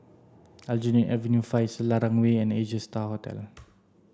Aljunied Avenue Five Selarang Way and Asia Star Hotel